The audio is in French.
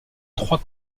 trois